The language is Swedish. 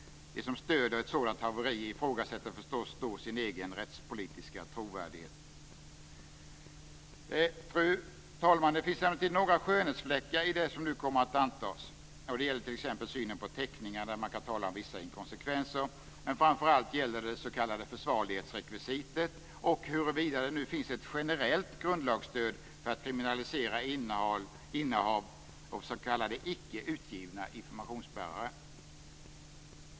De som stöder ett sådant haveri ifrågasätter förstås då sin egen rättspolitiska trovärdighet. Fru talman! Det finns emellertid några skönhetsfläckar i det som nu kommer att antas. Det gäller t.ex. synen på teckningar, där man kan tala om vissa inkonsekvenser. Men framför allt gäller det det s.k. försvarlighetsrekvisitet och huruvida det nu finns ett generellt grundlagsstöd för att kriminalisera innehav av s.k. icke utgivna informationsbärare.